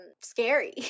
scary